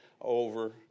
over